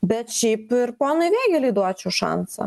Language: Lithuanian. bet šiaip ir ponui vėgėlei duočiau šansą